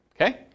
Okay